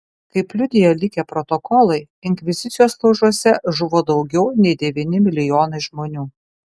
kaip liudija likę protokolai inkvizicijos laužuose žuvo daugiau nei devyni milijonai žmonių